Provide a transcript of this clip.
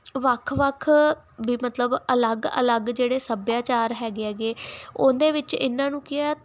ਵੱਖ ਵੱਖ ਵੀ ਮਤਲਬ ਅਲੱਗ ਅਲੱਗ ਜਿਹੜੇ ਸੱਭਿਆਚਾਰ ਹੈਗੇ ਹੈਗੇ ਉਹਦੇ ਵਿੱਚ ਇਹਨਾਂ ਨੂੰ ਕੀ ਆ